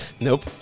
Nope